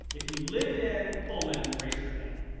if you live in pullman, raise your hand.